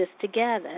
together